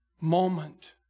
moment